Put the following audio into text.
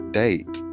date